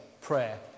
prayer